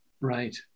Right